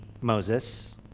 Moses